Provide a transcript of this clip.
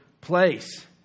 place